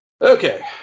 Okay